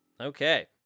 Okay